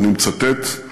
ואני מצטט,